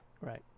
Right